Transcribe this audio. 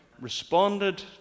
responded